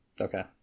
Okay